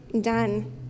Done